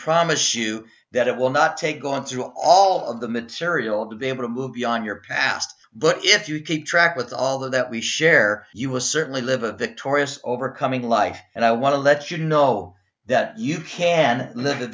promise you that it will not take going through all of the material to be able to move beyond your past but if you keep track with all that we share you will certainly live a victorious overcoming life and i want to let you know that you can live